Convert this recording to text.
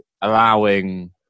allowing